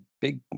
big